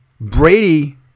Brady